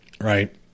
right